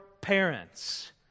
parents